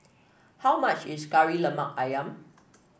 how much is Kari Lemak ayam